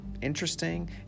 interesting